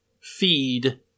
feed